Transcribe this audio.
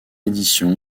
édition